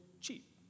cheap